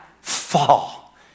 fall